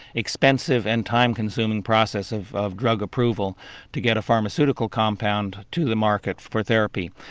expensive and time-consuming process of of drug approval to get a pharmaceutical compound to the market for therapy.